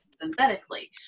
synthetically